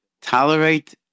tolerate